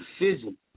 decision